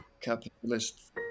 capitalist